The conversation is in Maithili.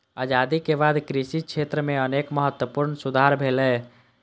आजादी के बाद कृषि क्षेत्र मे अनेक महत्वपूर्ण सुधार भेलैए